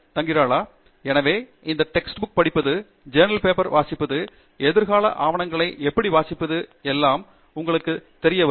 துங்கிராலா எனவே எந்த உரை புத்தகம் எடுப்பது அல்லது ஆராய்ச்சிக் கட்டுரையை வாசிப்பதற்கும் உண்மையில் எதிர்கால ஆவணங்களை எப்படி வாசிப்பது என்பதற்கும் உங்களுக்குத் தெரியும்